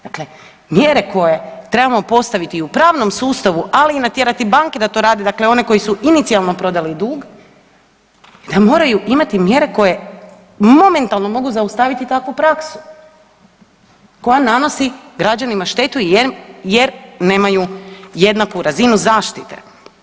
Dakle, mjere koje trebamo postaviti i u pravnom sustavu, ali natjerati i banke da to rade, dakle one koje su inicijalno prodali dug da moraju imati mjere koje momentalno mogu zaustaviti takvu praksu koja nanosi građanima štetu jer nemaju jednaku razinu zaštite.